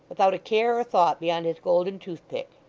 without a care or thought beyond his golden toothpick.